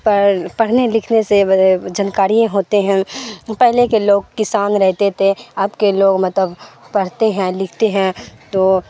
پڑھ پڑھنے لکھنے سے جانکاری ہوتے ہیں پہلے کے لوگ کسان رہتے تھے اب کے لوگ مطلب پڑھتے ہیں لکھتے ہیں تو